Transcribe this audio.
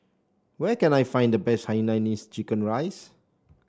where can I find the best Hainanese Chicken Rice